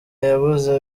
yabuze